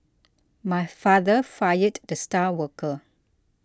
my father fired the star worker